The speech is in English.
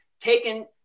taken